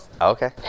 okay